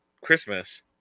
Christmas